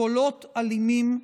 קולות אלימים,